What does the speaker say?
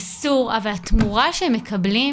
מסור ותמורה שהם מקבלים